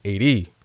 AD